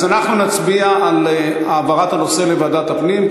אז אנחנו נצביע על העברת הנושא לוועדת הפנים,